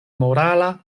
morala